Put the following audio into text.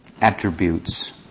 attributes